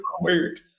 weird